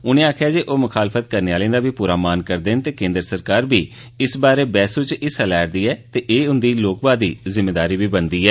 उनें आखेआ जे ओह् मुखालफत करने आहलें दा बी पूरा मान करदे न ते केन्द्र सरकार बी इस बारै बैहसू च हिस्सा लै'रदी ऐ ते एह् उंदी लोकवादी जिम्मेदारी बी बनदी ऐ